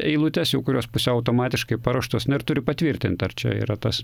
eilutes jau kurios pusiau automatiškai paruoštos na ir turi patvirtint ar čia yra tas